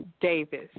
Davis